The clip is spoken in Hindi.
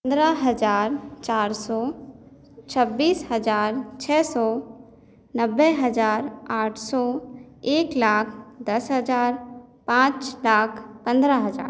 पंद्रह हज़ार चार सौ छब्बीस हज़ार छह सौ नब्बे हज़ार आठ सौ एक लाख दस हज़ार पाँच लाख पंद्रह हज़ार